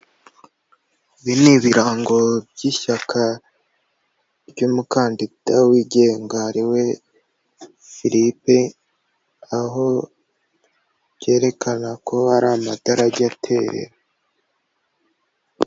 Ibi ni ibirango by'ishyaka ry'umukandida wigenga ariwe Philippe, aho ryerekana ko ari amadarage aterera.